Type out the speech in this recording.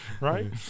right